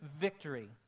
victory